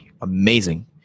amazing